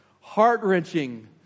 heart-wrenching